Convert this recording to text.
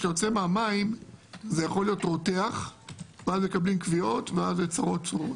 כשאתה יוצא מהמים זה יכול להית רותח ואז מקבלים כווית וזה צרות צרורות.